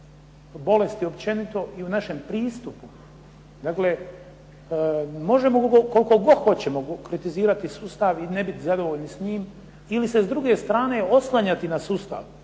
bolesti općenito i u našem pristupu. Dakle možemo koliko god hoćemo kritizirati sustav i ne biti zadovoljni s njim, ili se s druge strane oslanjati na sustav,